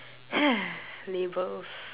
labels